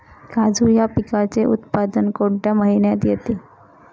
काजू या पिकाचे उत्पादन कोणत्या महिन्यात येते?